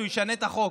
אז הוא ישנה את החוק?